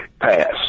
pass